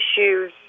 issues